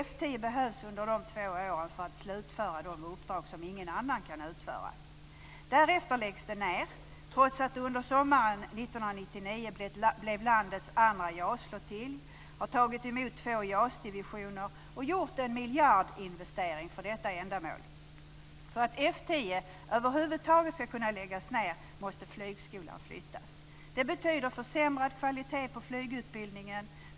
F 10 behövs under de två åren för att slutföra de uppdrag som ingen annan kan utföra. Därefter läggs det ned, trots att det under sommaren 1999 blev landets andra JAS flottilj, har tagit emot två JAS-divisioner och gjort en miljardinvestering för detta ändamål. För att F 10 över huvud taget ska kunna läggas ned måste flygskolan flyttas. Det betyder försämrad kvalitet på flygutbildningen.